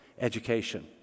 education